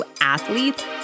athletes